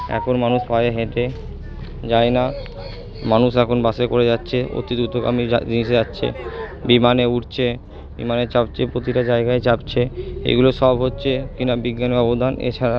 এখন মানুষ পায়ে হেঁটে যায় না মানুষ এখন বাসে করে যাচ্চে অতি দুতগামী জিনিসে যাচ্ছে বিমানে উঠছে বিমানে চাপছে প্রতিটা জায়গায় চাপছে এগুলো সব হচ্ছে কি না বিজ্ঞানের অবদান এছাড়া